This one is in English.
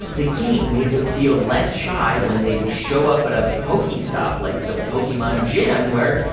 the game made them feel less shy when they'd show up at a pokestop like the pokemon gym, where,